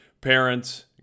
parents